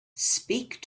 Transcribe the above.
speak